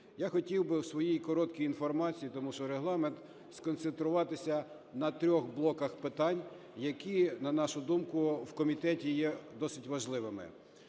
Я хотів би у своїй короткій інформації, тому що регламент, сконцентруватися на трьох блоках питань, які, на нашу думку, в комітеті є досить важливими.